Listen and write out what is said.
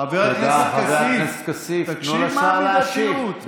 חבר הכנסת כסיף, תנו לשר להשיב.